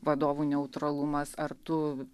vadovų neutralumas ar tu